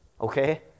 okay